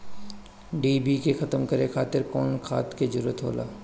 डिभी के खत्म करे खातीर कउन खाद के जरूरत होला?